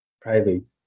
private